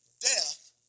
death